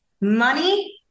money